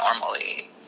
normally